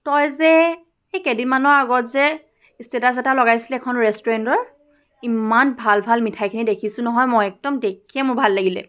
তই যে এই কেইদিনমানৰ আগত যে ষ্টেটাছ এটা লগাইছিলি এখন ৰেষ্টুৰেণ্টৰ ইমান ভাল ভাল মিঠাইখিনি দেখিছোঁ নহয় মই একদম দেখিয়ে মোৰ ভাল লাগিলে